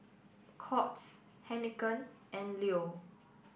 Courts Heinekein and Leo